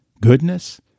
goodness